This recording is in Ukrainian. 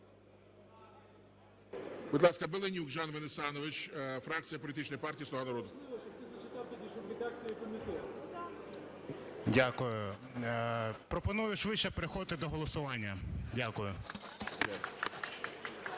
Дякую. Пропоную швидше переходити до голосування. Дякую.